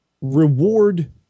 reward